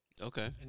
Okay